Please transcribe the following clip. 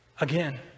again